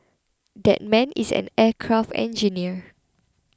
that man is an aircraft engineer